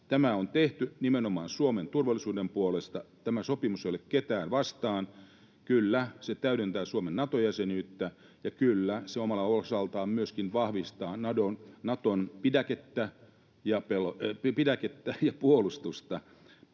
Tämä on tehty nimenomaan Suomen turvallisuuden puolesta. Tämä sopimus ei ole ketään vastaan. Kyllä, se täydentää Suomen Nato-jäsenyyttä, ja kyllä, se omalta osaltaan myöskin vahvistaa Naton pidäkettä ja puolustusta.